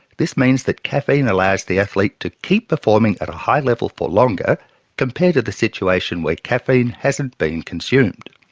this means that caffeine allows the athlete to keep performing at a high level for longer compared to the situation where caffeine hasn't been consumed.